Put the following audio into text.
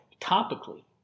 topically